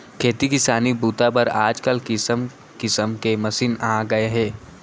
खेती किसानी बूता बर आजकाल किसम किसम के मसीन आ गए हे